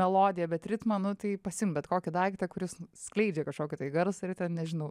melodiją bet ritmą nu tai pasiimti bet kokį daiktą kuris skleidžia kažkokį garsą ir ten nežinau